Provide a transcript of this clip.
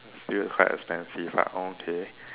still quite expensive but okay